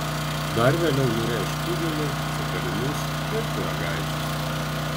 dar vėliau nurėš kugelį cepelinus ir pyragaičius